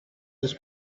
his